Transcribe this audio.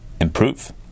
improve